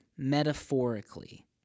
metaphorically